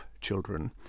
children